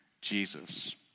Jesus